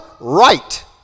right